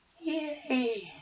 Yay